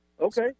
Okay